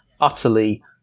utterly